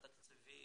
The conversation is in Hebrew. התקציבי,